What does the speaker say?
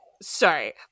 Sorry